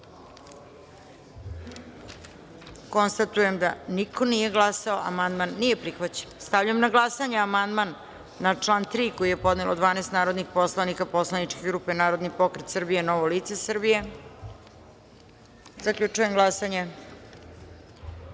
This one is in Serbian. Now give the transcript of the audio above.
glasanje. Konstatujem da niko nije glasao. Amandman nije prihvaćen. Stavljam na glasanje amandman na član 6. koji je podnelo 12 narodnih poslanika poslaničke grupe Narodni pokret Srbije - Novo lice Srbije. Zaključujem